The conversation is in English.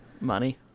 Money